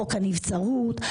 חוק הנבצרות.